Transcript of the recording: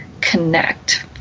connect